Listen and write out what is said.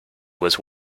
was